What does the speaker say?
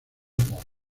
por